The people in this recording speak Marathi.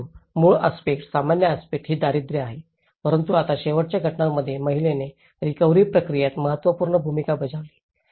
परंतु मूळ आस्पेक्ट सामान्य आस्पेक्ट ही दारिद्र्य आहे परंतु आता शेवटच्या घटनांमध्ये महिलेने रिकव्हरी प्रक्रियेत महत्त्वपूर्ण भूमिका बजावली